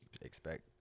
expect